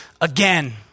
again